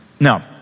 No